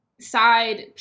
side